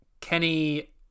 Kenny